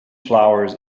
flowers